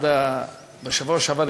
בשבוע שעבר,